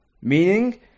Meaning